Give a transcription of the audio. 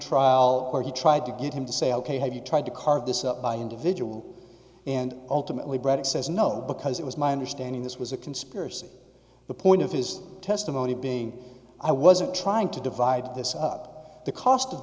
trial where he tried to get him to say ok have you tried to carve this up by individual and ultimately braddock says no because it was my understanding this was a conspiracy the point of his testimony being i wasn't trying to divide this up the cost of